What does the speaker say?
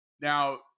Now